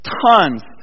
tons